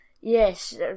Yes